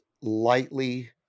lightly